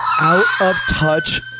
out-of-touch